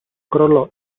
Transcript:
crollò